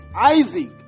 Isaac